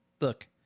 Look